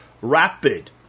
rapid